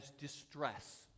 distress